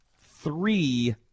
three